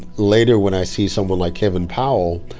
later when i see someone like kevin powell,